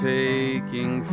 taking